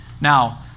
Now